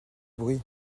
bruit